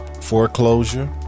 foreclosure